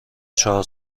چهار